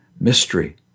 mystery